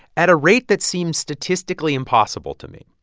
at a rate that seemed statistically impossible to me.